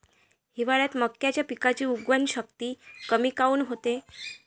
हिवाळ्यात मक्याच्या पिकाची उगवन शक्ती कमी काऊन होते?